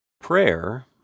Prayer